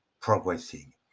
progressing